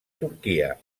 turquia